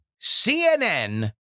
CNN